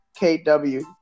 KW